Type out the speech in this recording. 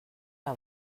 era